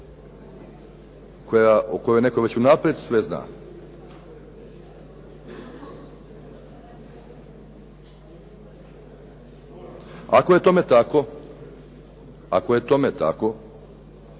o kojoj netko već unaprijed sve zna? Ako je tome tako i ako se ne